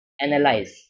analyze